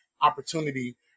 opportunity